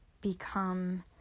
become